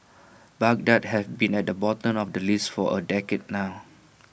Baghdad has been at the bottom of the list for A decade now